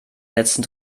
letzten